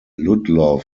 ludlow